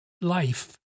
life